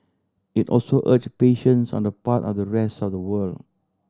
it also urge patience on the part of the rest of the world